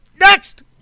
next